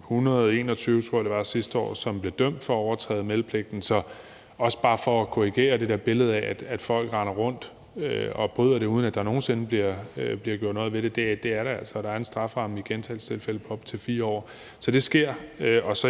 121, tror jeg det var, sidste år, som blev dømt for at overtræde meldepligten, og det er også bare for at korrigere det der billede af, at folk render rundt og bryder meldepligten, uden at der nogen sinde bliver gjort noget ved det. Det gør der altså, og der er en strafferamme i gentagelsestilfælde på op til 4 års fængsel. Så det sker.